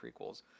prequels